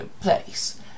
place